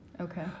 Okay